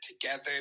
together